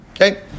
Okay